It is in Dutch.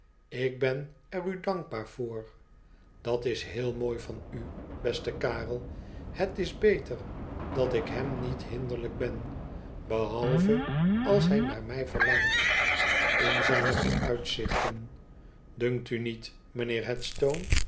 ik ben er u dankbaar voor dat is heel mooi van u beste karel het is beter dat ik hem niet hinderlijk ben behalve als hij naar mij verlangt in zijne vooruitzichten dunkt u niet mijnheer